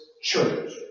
church